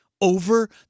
over